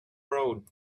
road